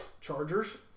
Chargers